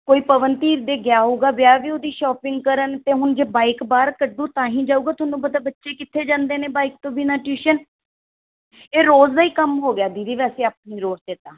ਕੋਈ ਪਵਨ ਧੀਰ ਦੇ ਗਿਆ ਹੋਊਗਾ ਵਿਆਹ ਵਿਊ ਦੀ ਸ਼ੋਪਿੰਗ ਕਰਨ ਅਤੇ ਹੁਣ ਜੇ ਬਾਈਕ ਬਾਹਰ ਕੱਢੂ ਤਾਂ ਹੀ ਜਾਊਗਾ ਤੁਹਾਨੂੰ ਪਤਾ ਬੱਚੇ ਕਿੱਥੇ ਜਾਂਦੇ ਨੇ ਬਾਈਕ ਤੋਂ ਬਿਨਾਂ ਟਿਊਸ਼ਨ ਇਹ ਰੋਜ਼ ਦਾ ਹੀ ਕੰਮ ਹੋ ਗਿਆ ਦੀਦੀ ਵੈਸੇ ਆਪਣੀ ਰੋੜ 'ਤੇ ਤਾਂ